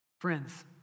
Friends